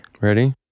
Ready